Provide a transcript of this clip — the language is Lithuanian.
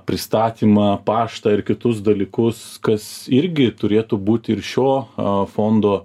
pristatymą paštą ir kitus dalykus kas irgi turėtų būti ir šio fondo